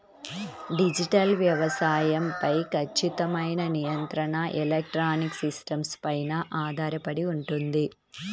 digital వ్యవసాయం పై ఖచ్చితమైన నియంత్రణ ఎలక్ట్రానిక్ సిస్టమ్స్ పైన ఆధారపడి ఉంటుంది